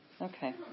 Okay